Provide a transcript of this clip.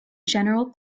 general